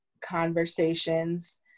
conversations